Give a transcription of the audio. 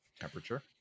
temperature